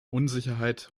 unsicherheit